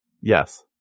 Yes